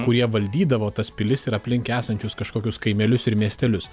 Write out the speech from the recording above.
kurie valdydavo tas pilis ir aplink esančius kažkokius kaimelius ir miestelius